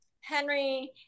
Henry